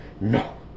no